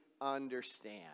understand